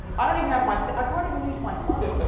and i don't even have my i can't even use my phone. ah